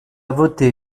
voté